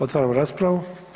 Otvaram raspravu.